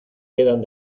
quedan